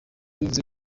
bivuze